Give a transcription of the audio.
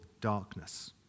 darkness